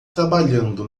trabalhando